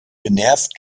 genervt